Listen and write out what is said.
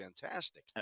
fantastic